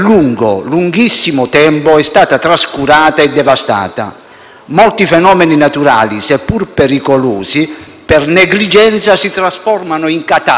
Molti fenomeni naturali, seppur pericolosi, per negligenza si trasformano in catastrofi, con vittime e danni enormi.